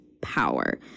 power